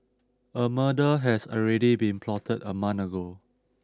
a murder has already been plotted a month ago